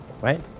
Right